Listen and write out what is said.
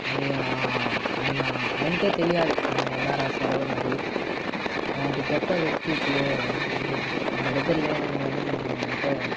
అది అయినా ఆయనకే తెలియాలి ఆయన ఎలా రాశారో మరి అలాంటి గొప్ప వ్యక్తి ఇప్పుడు మన దగ్గర లేనందువల్ల నేను ఎంతో